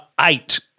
eight